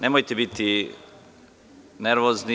Nemojte biti nervozni.